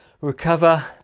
recover